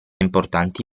importanti